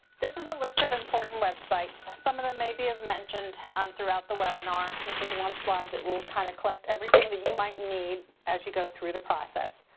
this is a list of important websites. some of them maybe i've mentioned um throughout the webinar. this is one slide that we'll kind of collect everything that you might need as you go through the process.